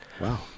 Wow